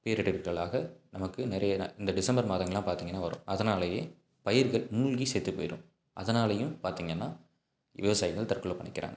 பேரிடர்களாக நமக்கு நிறைய இந்த டிசம்பர் மாதங்கள்லாம் பார்த்திங்கன்னா வரும் அதனாலேயே பயிர்கள் மூழ்கி செத்துப்போயிடும் அதனாலேயும் பார்த்திங்கன்னா விவசாயிகள் தற்கொலை பண்ணிக்கிறாங்க